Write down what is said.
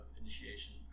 initiation